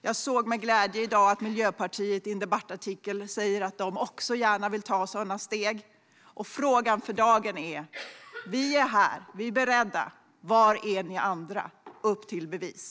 Jag såg med glädje att Miljöpartiet i en debattartikel säger att de också gärna vill ta sådana steg. Vi är här - vi är beredda. Frågan för dagen är: Var är ni andra? Upp till bevis!